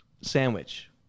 Sandwich